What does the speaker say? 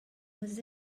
was